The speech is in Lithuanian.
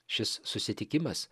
šis susitikimas